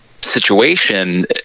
situation